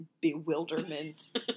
bewilderment